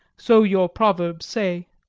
so your proverb say.